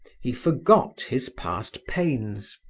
he forgot his past pains,